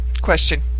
question